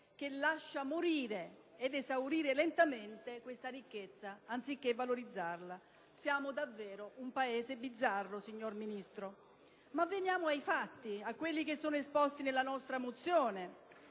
lascia morire ed esaurire lentamente questa ricchezza, anziché valorizzarla: siamo davvero un Paese bizzarro, signor Ministro. Ma veniamo ai fatti, che sono esposti nella nostra mozione: